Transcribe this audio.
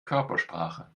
körpersprache